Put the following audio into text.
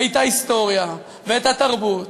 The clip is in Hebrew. את ההיסטוריה ואת התרבות.